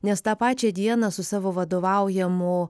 nes tą pačią dieną su savo vadovaujamu